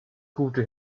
gute